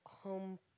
Home